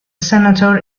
senator